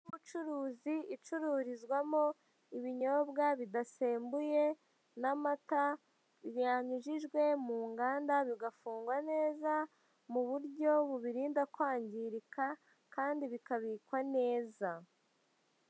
Y'ubucuruzi icururizwamo ibinyobwa bidasembuye n'amata, byanyujijwe mu nganda bigafungwa neza mu buryo bubirinda kwangirika kandi bikabikwa neza.